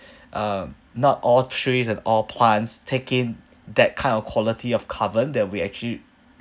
um not all trees and all plants take in that kind of quality of carbon that we actually